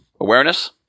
awareness